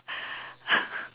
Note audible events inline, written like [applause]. [laughs]